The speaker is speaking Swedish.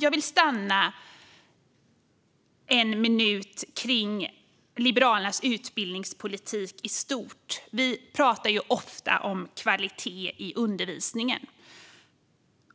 Jag vill stanna en minut vid Liberalernas utbildningspolitik i stort. Vi pratar ju ofta om kvalitet i undervisningen,